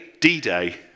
D-day